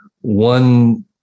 one